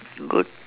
good